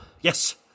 Yes